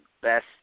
best